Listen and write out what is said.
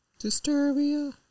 Disturbia